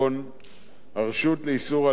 הרשות לאיסור הלבנת הון,